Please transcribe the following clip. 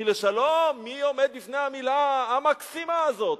כי "שלום" מי עומד בפני המלה המקסימה הזאת?